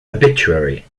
obituary